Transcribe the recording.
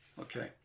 Okay